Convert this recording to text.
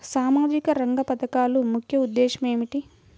సామాజిక రంగ పథకాల ముఖ్య ఉద్దేశం ఏమిటీ?